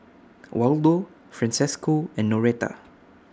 Waldo Francesco and Noreta